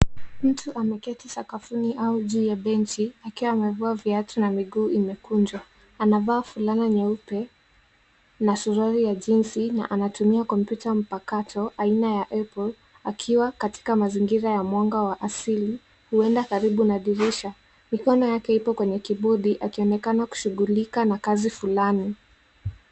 Mtu ameketi sakafuni au juu ya benchi akiwa amevua viatu na miguu imekunjwa. Anavaa fulana nyeupe na suruali ya jeans na anatumia kompyuta mpakato aina ya apple akiwa katika mazingira ya mwanga wa asili, huenda karibu na dirisha. Mikono yake ipo kwenye kibodi akionekana kushughulika na kazi fulani.